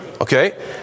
Okay